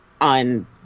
on